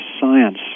science